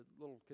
little